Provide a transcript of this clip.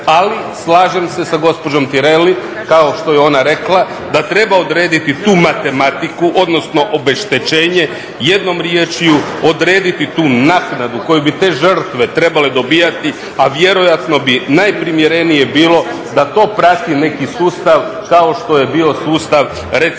Ali, slažem se sa gospođom Tireli kao što je ona rekla da treba odrediti tu matematiku, odnosno obeštećenje jednom riječju odrediti tu naknadu koju bi te žrtve trebale dobivati, a vjerojatno bi najprimjerenije bilo da to prati neki sustav kao što je bio sustav recimo